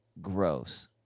gross